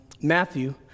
Matthew